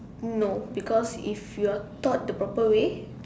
no because if you are taught the proper way